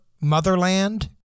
motherland